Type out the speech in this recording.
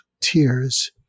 tears